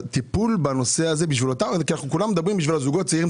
הטיפול בנושא הזה כולנו מדברים: בשביל הזוגות הצעירים,